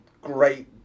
great